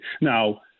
Now